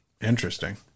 Interesting